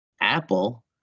apple